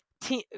team